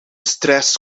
stress